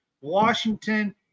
Washington